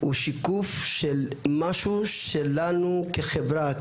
הוא שיקוף של משהו שלנו כחברה,